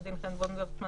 חן וונדרסמן